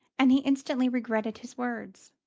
and he instantly regretted his words.